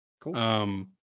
cool